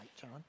John